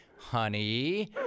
Honey